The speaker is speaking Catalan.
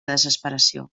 desesperació